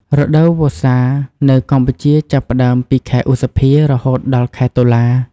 រដូវវស្សានៅកម្ពុជាចាប់ផ្ដើមពី ខែឧសភា រហូតដល់ ខែតុលា។